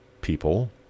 people